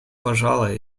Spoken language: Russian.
пожала